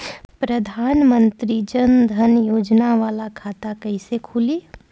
प्रधान मंत्री जन धन योजना वाला खाता कईसे खुली?